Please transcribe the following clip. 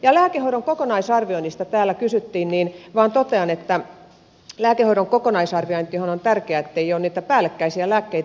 kun lääkehoidon kokonaisarvioinnista täällä kysyttiin niin vain totean että lääkehoidon kokonaisarviointihan on tärkeä ettei ole niitä päällekkäisiä lääkkeitä